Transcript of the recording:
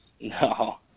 No